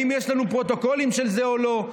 האם יש לנו פרוטוקולים של זה או לא?